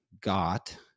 got